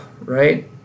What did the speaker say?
Right